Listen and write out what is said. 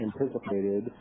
anticipated